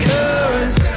Cause